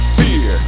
fear